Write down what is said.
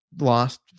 lost